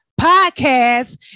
podcast